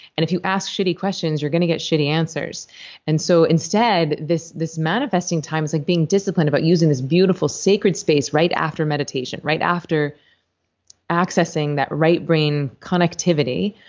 and if you ask shitty questions, you're going to get shitty answers and so instead, this this manifesting time is like being disciplined about using this beautiful, sacred space right after meditation, right after accessing that right brain connectivity,